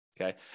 Okay